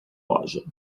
loja